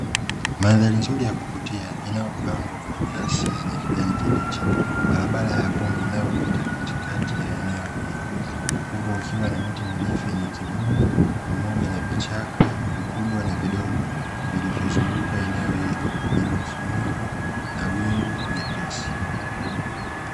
Mandhari nzuri ya kuvutia inayopambwa kwa nyasi zenye kijani kibichi barabara ya vumbi inayopita katikati ya eneo hilo, huku ikiwa miti mirefu yenye kivuli pamoja na vichaka vikubwa na vidogo vilivyozunguka eneo hilo lililofunikwa na wingu jepesi.